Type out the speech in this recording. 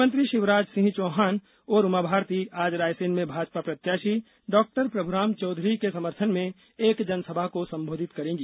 मुख्यमंत्री शिवराज सिंह चौहान और उमा भारती आज रायसेन में भाजपा प्रत्याशी डॉ प्रभुराम चौधरी के समर्थन में एक जनसभा को संबोधित करेंगी